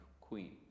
queen